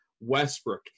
Westbrook